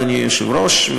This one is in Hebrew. אדוני היושב-ראש,